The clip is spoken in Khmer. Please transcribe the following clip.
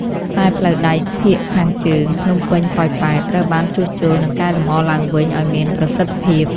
ខ្សែផ្លូវដែកភាគខាងជើង (ភ្នំពេញ-ប៉ោយប៉ែត) ត្រូវបានជួសជុល និងកែលម្អឡើងវិញឱ្យមានប្រសិទ្ធភាព។